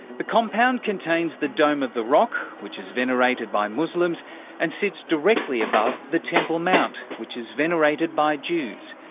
the compound contains the dome of the rock, which is venerated by muslims and sits directly above the temple mount, which is venerated by jews.